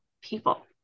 people